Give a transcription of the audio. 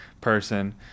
person